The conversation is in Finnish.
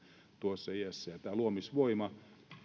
tuossa iässä ja tämä luomisvoima